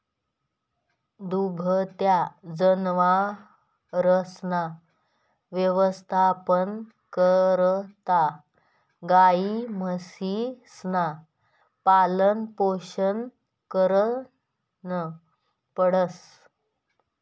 दुभत्या जनावरसना यवस्थापना करता गायी, म्हशीसनं पालनपोषण करनं पडस